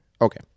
Okay